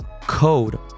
code